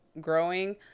growing